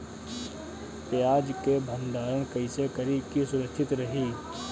प्याज के भंडारण कइसे करी की सुरक्षित रही?